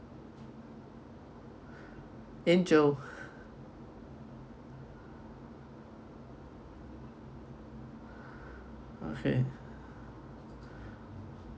angel okay